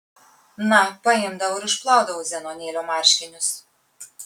na paimdavau ir išplaudavau zenonėlio marškinius